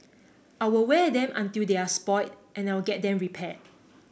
I'll wear them until they're spoilt and I'll get them repaired